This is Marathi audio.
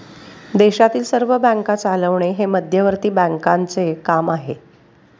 देशातील सर्व बँका चालवणे हे मध्यवर्ती बँकांचे काम आहे